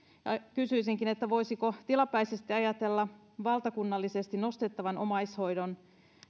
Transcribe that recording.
kysyisinkin voisiko tilapäisesti ajatella valtakunnallisesti nostettavan omaishoidon